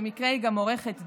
שבמקרה היא גם עורכת דין,